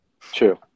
True